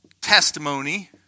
testimony